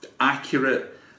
accurate